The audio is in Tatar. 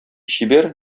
чибәр